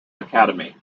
academy